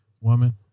Woman